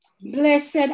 Blessed